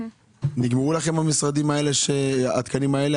נגמרו לכם התקנים האלה?